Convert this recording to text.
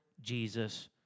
Jesus